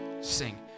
sing